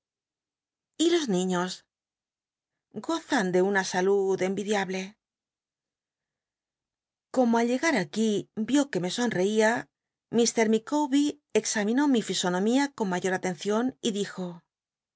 y los ni líos gozan de una salud envidiable como al llega r ac uf ió que me somcia ih mica wbet examinó mi fisonomía con mayoa tcncion y dijo